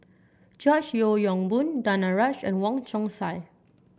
George Yeo Yong Boon Danaraj and Wong Chong Sai